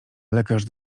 lekarz